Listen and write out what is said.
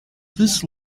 this